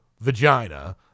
vagina